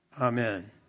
Amen